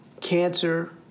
cancer